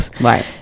Right